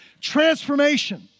transformation